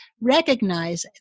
recognize